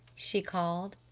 she called.